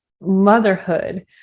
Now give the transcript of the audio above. motherhood